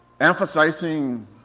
emphasizing